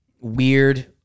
weird